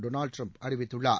Donald Trump அறிவித்துள்ளார்